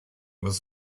was